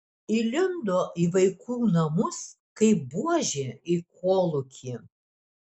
įlindo į vaikų namus kaip buožė į kolūkį